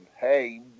Hey